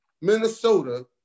Minnesota